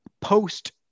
post